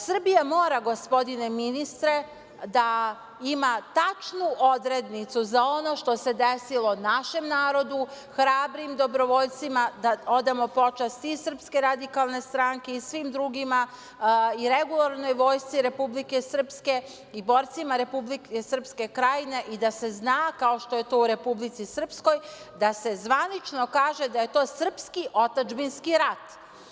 Srbija mora, gospodina ministre, da ima tačnu odrednicu za ono što se desilo našem narodu, hrabrim dobrovoljcima da odamo počast i SRS i svim drugima i regularnoj Vojsci Republike Srpske i borcima Republike Srpske Krajine i da se zna, kao što je to u Republici Srpskoj, da se zvanično kaže da je to srpski otadžbinski rat.